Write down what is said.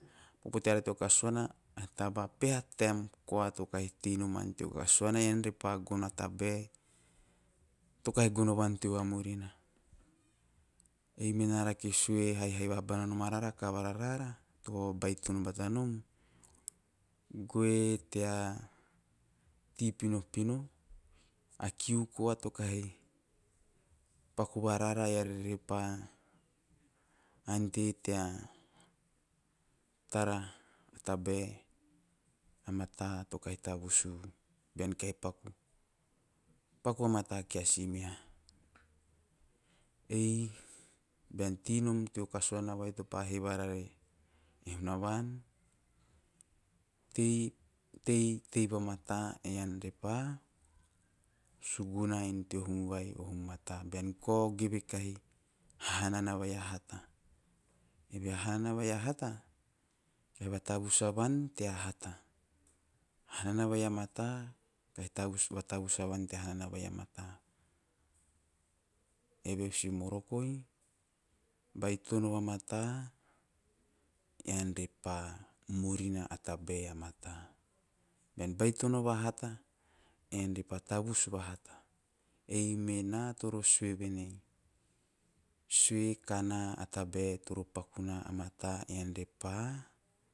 A popo teara teo kasuana a taba, paha taem koa to kahi gono van teo vamurina ei mena rake sue haihai vaha bana noma rara kavara rara to va babaitono batanom, goe tea tei pinopino a kiu koa to kahi paku varara eara repa ante tea tara a taba mata to kahi tavusu u bean kahi paku, paku vamata kia si meha ei bean teinom teo kasuana vai topa he varara e hunavan tei - tei vamata ean re pa suguna ean teo hum vai o hum mata bean kao geve a honana vai a hata. Eve a hanana vai a mata kahi tavus, kahi vatavus avan ean tea hanana vai a mata kahi tavus. kahi vatavus avan tea hanana vai a mata eve o si moroke ei baitono vamata ean repa murina a tabae a mata bean baitono va hata ean repa tavus vahata ei me na toro sue venei sue kana o tabae toro paku na a mata ean repa